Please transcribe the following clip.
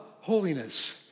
holiness